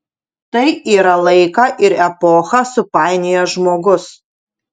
tai yra laiką ir epochą supainiojęs žmogus